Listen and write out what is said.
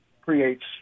creates